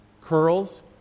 curls